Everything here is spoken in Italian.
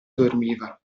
dormiva